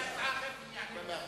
יש לי הצעה אחרת, אני אענה לו.